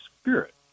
Spirit